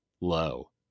low